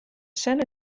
scena